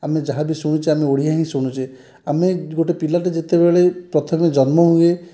ଆମେ ଯାହା ବି ଶୁଣୁଛେ ଆମେ ଓଡ଼ିଆ ହିଁ ଶୁଣୁଛେ ଆମେ ଗୋଟେ ପିଲାଟି ଯେତେବେଳେ ପ୍ରଥମେ ଜନ୍ମ ହୁଏ